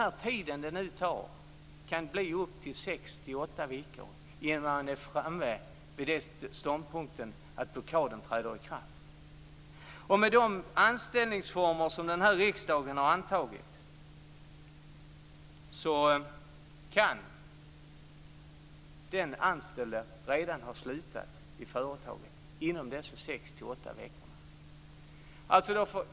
Den tid det hela tar kan bli uppemot sex-åtta veckor innan man är framme vid den tidpunkt då blockaden träder i kraft. Med de anställningsformer som den här riksdagen har antagit kan den anställde redan ha slutat i företaget innan de sex-åtta veckorna gått.